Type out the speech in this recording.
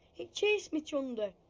it chased me, chunder.